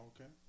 Okay